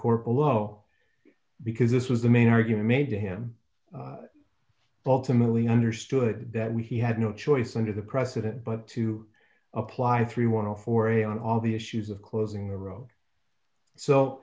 core below because this was the main argument made to him ultimately understood that we had no choice under the precedent but to apply the three want to foray on all the issues of closing the roe so